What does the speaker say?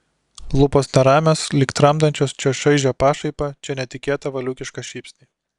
lūpos neramios lyg tramdančios čia šaižią pašaipą čia netikėtą valiūkišką šypsnį